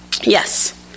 Yes